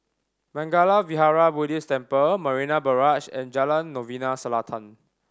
Mangala Vihara Buddhist Temple Marina Barrage and Jalan Novena Selatan